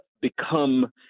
become